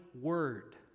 word